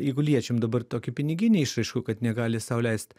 jeigu liečiam dabar tokį piniginį išraiškų kad negali sau leist